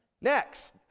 Next